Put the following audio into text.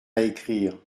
écrire